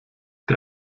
der